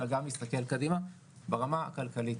אלא גם להסתכל קדימה ברמה הכלכלית.